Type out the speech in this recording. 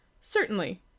Certainly